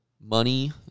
Money